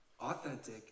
authentic